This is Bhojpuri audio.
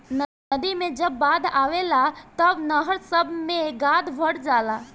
नदी मे जब बाढ़ आवेला तब नहर सभ मे गाद भर जाला